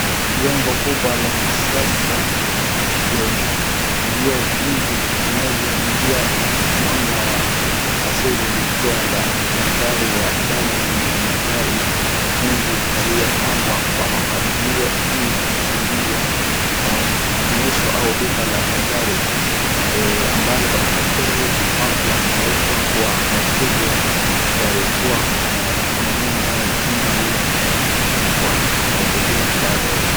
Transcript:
Jengo kubwa la kisasa lenye vyoo vingi vinavyoingia mwanga wa asili likiwa la mandhari ya ndani yenye magari mengi yaliyopangwa kwa mapangilio. Hii ni sehemu ya maonyesho au duka la magari ambalo magari mapya waoshwa kwa mteja ya wenye kununua ndani ya jengo hilo.